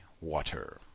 water